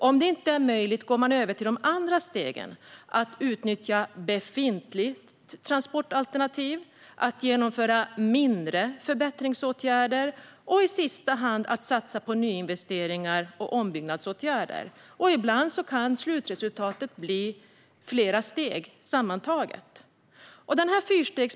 Om det inte är möjligt går man vidare till de andra stegen: att utnyttja befintliga transportalternativ, att genomföra mindre förbättringsåtgärder och, i sista hand, att satsa på nyinvesteringar och ombyggnadsåtgärder. Ibland kan slutresultatet bli en kombination av flera steg.